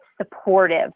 supportive